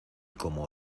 como